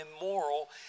immoral